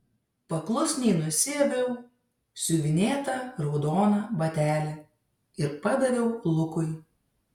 paklusniai nusiaviau siuvinėtą raudoną batelį ir padaviau lukui